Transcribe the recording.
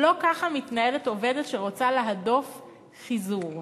לא ככה מתנהלת עובדת שרוצה להדוף חיזור.